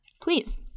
please